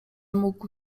mógł